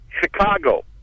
Chicago